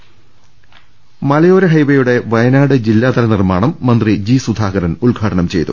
രദ്ദേഷ്ടങ മലയോര ഹൈവേയുടെ വയനാട്ട് ജില്ലാതല നിർമ്മാണം മന്ത്രി ജി സുധാ കരൻ ഉദ്ഘാടനം ചെയ്തു